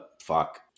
Fuck